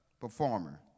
performer